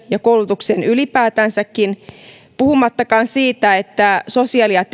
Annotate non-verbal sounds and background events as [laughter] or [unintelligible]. ja koulutukseen ylipäätänsäkin puhumattakaan siitä että sosiaali ja [unintelligible]